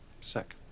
sick